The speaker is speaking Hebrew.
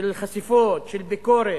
של חשיפות, של ביקורת,